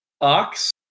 Ox